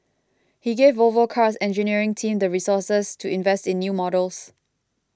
he gave Volvo Car's engineering team the resources to invest in new models